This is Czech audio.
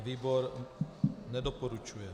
Výbor nedoporučuje.